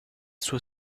suo